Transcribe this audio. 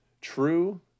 True